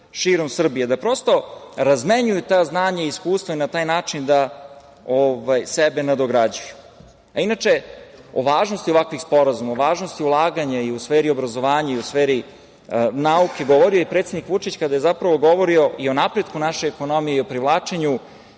Prosto da razmenjuju ta znanja i iskustva i na taj način da sebe nadograđuju. Inače, o važnosti ovakvih sporazuma, o važnosti ulaganja i u sferi obrazovanja i u sferi nauke govorio je i predsednik Vučić kada je zapravo govorio i o napretku naše ekonomije i o privlačenju